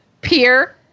peer